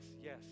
yes